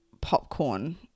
popcorn